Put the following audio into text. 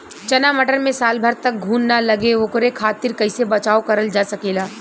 चना मटर मे साल भर तक घून ना लगे ओकरे खातीर कइसे बचाव करल जा सकेला?